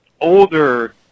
older